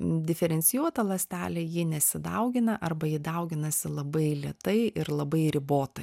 diferencijuota ląstelė ji nesidaugina arba ji dauginasi labai lėtai ir labai ribotai